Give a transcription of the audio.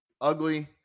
Ugly